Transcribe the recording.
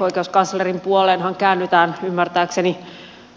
oikeuskanslerin puoleenhan käännytään ymmärtääkseni